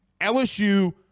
LSU